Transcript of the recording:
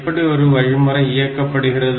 எப்படி ஒரு வழிமுறை இயக்கப்படுகிறது